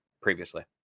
previously